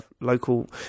local